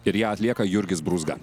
ir ją atlieka jurgis brūzga